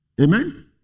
Amen